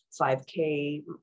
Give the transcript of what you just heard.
5k